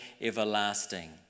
everlasting